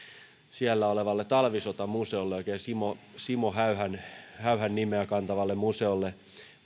siellä olevalle talvisotamuseolle oikein simo simo häyhän häyhän nimeä kantavalle museolle